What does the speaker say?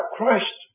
Christ